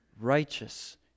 righteous